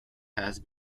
has